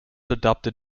adopted